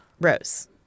Rose